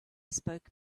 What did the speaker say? spoke